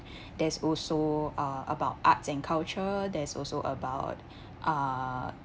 there's also uh about arts and culture there's also about uh